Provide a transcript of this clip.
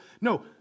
No